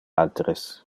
alteres